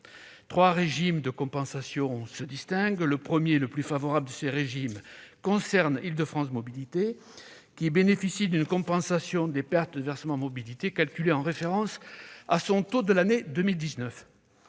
Trois régimes de compensation se distinguent. Le premier, le plus favorable, concerne Île-de-France Mobilités, qui bénéficie d'une compensation des pertes de versement mobilité calculée en référence à son taux de l'année 2019.